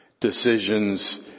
decisions